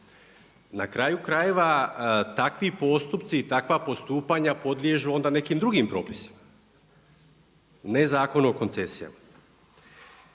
Na kraju krajeva, takvi postupci i takva postupanja podliježu onda nekim drugim propisima. Ne zakonu o koncesijama.